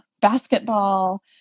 basketball